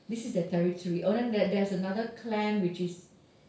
this is their territory oh then there's another clan which is